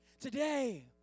today